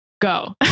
go